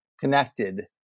connected